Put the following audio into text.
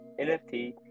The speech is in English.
NFT